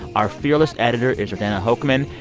our fearless editor is jordana hochman.